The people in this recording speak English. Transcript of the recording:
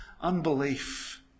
unbelief